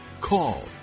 call